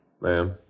Ma'am